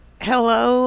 Hello